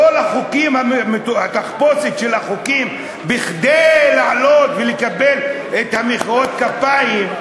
כל התחפושת של החוקים כדי לעלות ולקבל את מחיאות הכפיים,